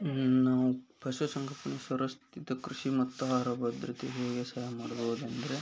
ನಾವು ಪಶುಸಂಗೋಪನೆ ಸುರಸ್ತಿತ ಕೃಷಿ ಮತ್ತು ಆಹಾರ ಭದ್ರತೆಗೆ ಹೇಗೆ ಸಹಾಯ ಮಾಡಬಹುದಂದರೆ